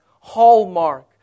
hallmark